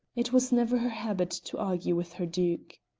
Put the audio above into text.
it was never her habit to argue with her duke.